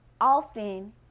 often